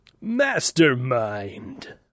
Mastermind